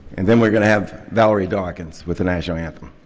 and then we're going to have valerie darkens with the national anthem